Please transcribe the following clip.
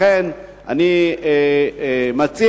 לכן אני מציע,